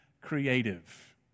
creative